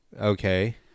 Okay